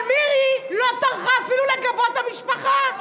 אבל מירי אפילו לא טרחה לגבות את המשפחה,